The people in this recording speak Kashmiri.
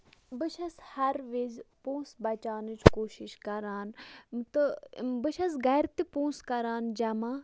بہٕ چھَس ہَر وِزِ پونسہٕ بَچاونٕچ کوٗشِش کران تہٕ بہٕ چھَس گرِ تہٕ پونسہٕ کران جمع